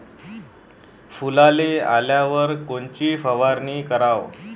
फुलाले आल्यावर कोनची फवारनी कराव?